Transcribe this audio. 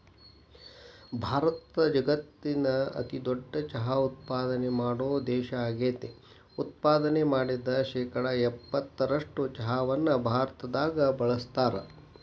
ಭಾರತ ಜಗತ್ತಿನ ಅತಿದೊಡ್ಡ ಚಹಾ ಉತ್ಪಾದನೆ ಮಾಡೋ ದೇಶ ಆಗೇತಿ, ಉತ್ಪಾದನೆ ಮಾಡಿದ ಶೇಕಡಾ ಎಪ್ಪತ್ತರಷ್ಟು ಚಹಾವನ್ನ ಭಾರತದಾಗ ಬಳಸ್ತಾರ